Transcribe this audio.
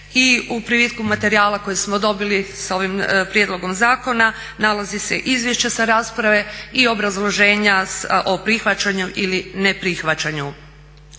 i u privitku materijala koji smo dobili s ovim prijedlogom zakona nalazi se izvješće sa rasprave i obrazloženja o prihvaćanju ili neprihvaćanju.